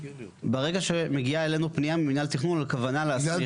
ברגע שמגיעה אלינו פנייה ממינהל התכנון על כוונה להסמיך.